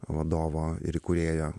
vadovo ir įkūrėjo